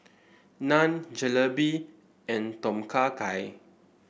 Naan Jalebi and Tom Kha Gai